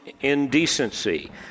indecency